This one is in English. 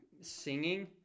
singing